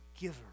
giver